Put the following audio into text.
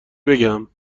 بگم